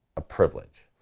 a privilege.